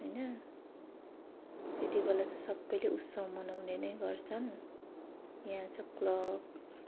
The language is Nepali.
होइन त्यति बेला चाहिँ सबैले उत्सव मनाउने नै गर्छन् यहाँ चाहिँ क्लब